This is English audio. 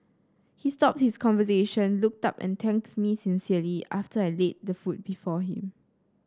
he stopped his conversation looked up and thanked me sincerely after I laid the food before him